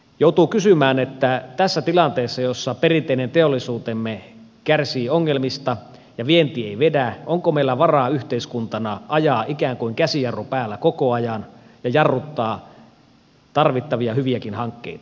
joutuu kysymään onko meillä tässä tilanteessa jossa perinteinen teollisuutemme kärsii ongelmista ja vienti ei vedä varaa yhteiskuntana ajaa ikään kuin käsijarru päällä koko ajan ja jarruttaa tarvittavia hyviäkin hankkeita